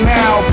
now